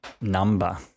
number